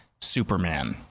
Superman